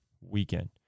weekend